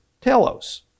telos